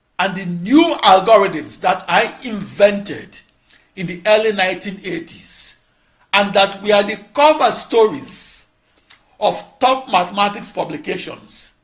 and the new algorithms that i invented in the early nineteen eighty s and that were the cover stories of top mathematics publications,